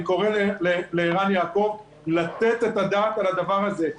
אני קורא לערן יעקב לתת את הדעת על הדבר הזה.